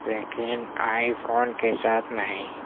لیکن iPhone کے ساتھ نہیں